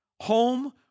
Home